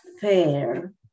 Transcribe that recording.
fair